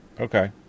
Okay